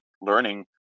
learning